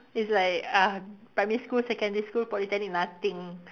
it's like uh primary school secondary school Poly nothing